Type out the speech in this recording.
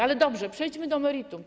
Ale dobrze, przejdźmy do meritum.